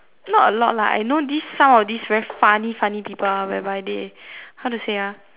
not a lot lah I know these some of these very funny funny people whereby they how to say ah